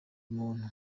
muntu